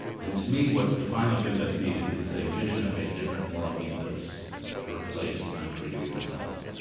and to me what the final thing that's needed, is a vision of a different moral ethos to replace i'm free to be myself,